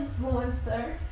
Influencer